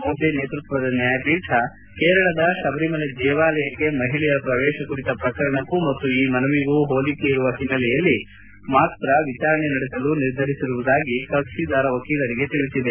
ಬೋಬ್ಡೆ ನೇತೃತ್ವದ ನ್ಯಾಯಪೀಠ ಕೇರಳದ ಶಬರಿಮಲೆ ದೇವಾಲಯಕ್ಕೆ ಮಹಿಳೆಯರ ಪ್ರವೇಶ ಕುರಿತ ಪ್ರಕರಣಕ್ಕೂ ಮತ್ತು ಈ ಮನವಿಗೂ ಹೋಲಿಕೆ ಇರುವ ಹಿನ್ನೆಲೆಯಲ್ಲಿ ಮಾತ್ರ ವಿಚಾರಣೆ ನಡೆಸಲು ನಿರ್ಧರಿಸುವುದಾಗಿ ಕಕ್ಷಿದಾರ ವಕೀಲರಿಗೆ ತಿಳಿಸಿದೆ